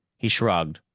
he shrugged.